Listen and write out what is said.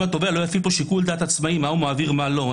אם התובע לא יפעיל פה שיקול דעת עצמאי מה הוא מעביר ומה לא,